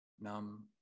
numb